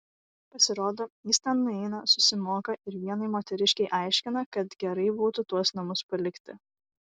pasirodo jis ten nueina susimoka ir vienai moteriškei aiškina kad gerai būtų tuos namus palikti